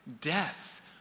death